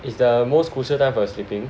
is the most crucial time for your sleeping